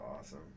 awesome